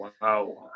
Wow